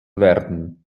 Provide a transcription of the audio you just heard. werden